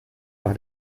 par